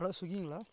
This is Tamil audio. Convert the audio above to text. ஹலோ ஸ்விக்கிங்களா